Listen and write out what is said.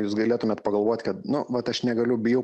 jūs galėtumėt pagalvot kad nu vat aš negaliu bijau